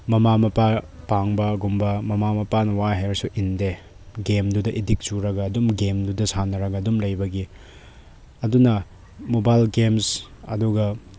ꯃꯃꯥ ꯃꯄꯥꯒꯨꯝꯕ ꯄꯥꯡꯕꯒꯨꯝꯕ ꯃꯃꯥ ꯃꯄꯥꯅ ꯋꯥꯏ ꯍꯥꯏꯕꯁꯨ ꯏꯟꯗꯦ ꯒꯦꯝꯗꯨꯗ ꯑꯦꯗꯤꯛ ꯆꯨꯔꯒ ꯑꯗꯨꯝ ꯒꯦꯝꯗꯨꯗ ꯁꯥꯟꯅꯔꯒ ꯑꯗꯨꯝ ꯂꯩꯕꯒꯤ ꯑꯗꯨꯅ ꯃꯣꯕꯥꯏꯜ ꯒꯦꯝꯁ ꯑꯗꯨꯒ